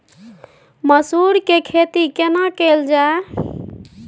मसूर के खेती केना कैल जाय?